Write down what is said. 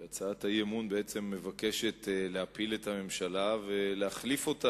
כי הצעת האי-אמון בעצם מבקשת להפיל את הממשלה ולהחליף אותה